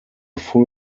full